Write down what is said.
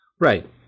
Right